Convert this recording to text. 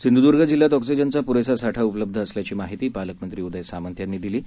सिंधुद्र्ग जिल्ह्यात ऑक्सिजनचा प्रेसा साठा उपलब्ध असल्याची माहिती पालकमंत्री उदय सामंत यांनी दिली आहे